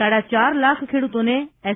સાડાચાર લાખ ખેડૂતોને એસ